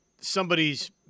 somebody's